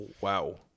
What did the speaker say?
Wow